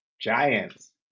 Giants